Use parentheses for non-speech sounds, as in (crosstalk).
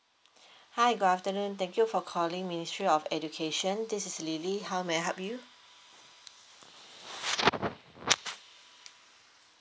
(breath) hi good afternoon thank you for calling ministry of education this is lily how may I help you